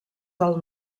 del